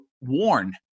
warn